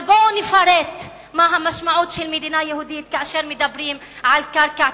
אבל בואו נפרט מה המשמעות של מדינה יהודית כאשר מדברים על קרקע,